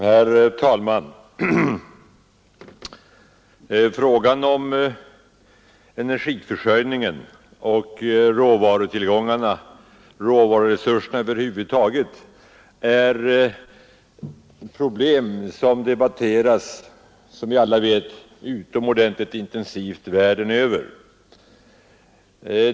Herr talman! Frågan om energiförsörjningen och råvarutillgångarna — råvaruresurserna över huvud taget — är som vi alla vet ett problem som debatteras utomordentligt intensivt världen över.